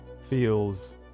feels